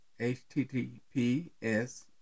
https